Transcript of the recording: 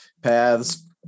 paths